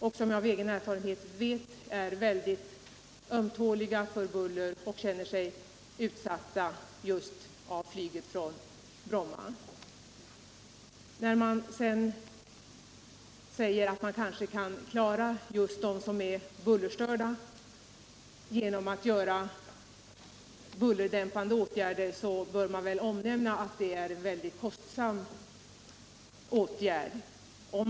Jag vet av egen erfarenhet att dessa är mycket ömtåliga för buller och känner sig utsatta genom flygverksamheten på Bromma. Med anledning av påståendena om att man kan förbättra förhållandena för de bullerstörda genom att vidta bullerdämpande åtgärder bör det väl också omnämnas, att sådana åtgärder är mycket kostsamma.